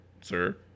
Sir